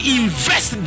invest